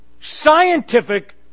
scientific